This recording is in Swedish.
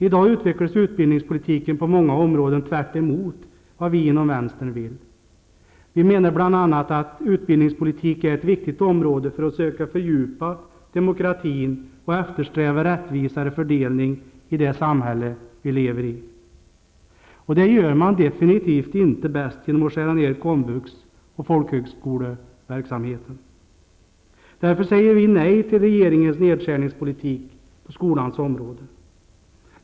I dag utvecklas utbildningspolitiken på många områden tvärt emot vad vi inom vänstern vill. Vi menar bl.a. att utbildningspolitik är ett viktigt område för att söka fördjupa demokratin och eftersträva rättvisare fördelning i det samhälle vi lever i. Och det gör man definitivt inte bäst genom att skära ner komvux och folkhögskoleverksamheten. Därför säger vi nej till regeringens nedskärningspolitik på skolans område.